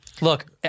Look